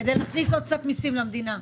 כדי להכניס עוד קצת מסים למדינה.